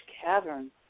cavern